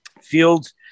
fields